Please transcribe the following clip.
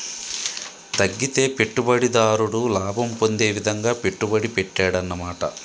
తగ్గితే పెట్టుబడిదారుడు లాభం పొందే విధంగా పెట్టుబడి పెట్టాడన్నమాట